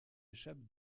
échappe